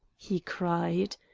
he cried.